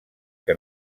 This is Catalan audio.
que